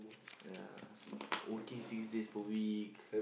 ya working six days per week